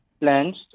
plans